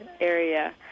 area